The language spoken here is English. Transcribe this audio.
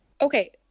Okay